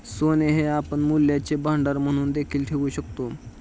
सोने हे आपण मूल्यांचे भांडार म्हणून देखील ठेवू शकतो